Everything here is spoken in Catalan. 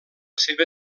seva